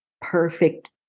perfect